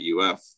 UF